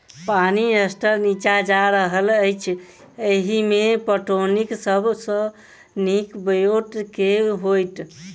पानि स्तर नीचा जा रहल अछि, एहिमे पटौनीक सब सऽ नीक ब्योंत केँ होइत?